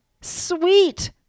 sweet